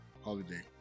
holiday